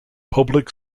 public